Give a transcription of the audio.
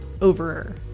over